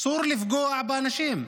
אסור לפגוע באנשים.